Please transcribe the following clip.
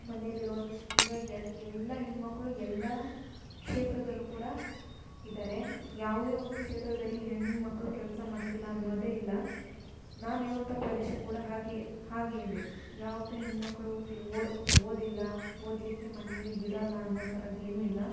ಮನೇಲಿರೊ ಈಗ ಎಲ್ಲಾ ಹೆಣ್ಣುಮಕ್ಳು ಎಲ್ಲಾ ಕ್ಷೇತ್ರದಲ್ಲು ಕೂಡ ಇದ್ದಾರೆ ಯಾವುದೇ ಒಂದು ಕ್ಷೇತ್ರದಲ್ಲಿ ಹೆಣ್ಣುಮಕ್ಳು ಕೆಲಸ ಮಾಡ್ತಿಲ್ಲ ಅನ್ನೋದೇ ಇಲ್ಲ ನಾನಿರುವಂಥ ಪ್ರದೇಶ ಕೂಡ ಹಾಗೇ ಹಾಗೇ ಇದೆ ಯಾವುದೇ ಹೆಣ್ಣುಮಕ್ಳು ಈ ಓದಿಲ್ಲ ಓದಲಿಕ್ಕೆ ಮನೆಯಲ್ಲಿ ಬಿಡೋಲ್ಲ ಅನ್ನೋ ಥರದ್ ಏನೂ ಇಲ್ಲ